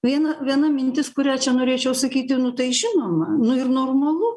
viena viena mintis kurią čia norėčiau sakyti nu tai žinoma nu ir normalu